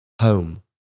Home